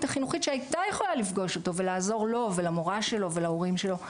החינוכית שהייתה יכולה לפגוש אותו ולעזור לו ולמורה שלו ולהורים שלו,